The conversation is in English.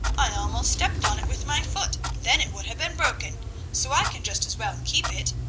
i almost stepped on it with my foot, then it would have been broken so i can just as well keep it.